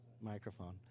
microphone